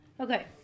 Okay